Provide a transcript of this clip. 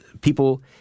people